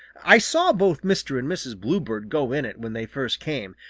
i saw both mr. and mrs. bluebird go in it when they first came,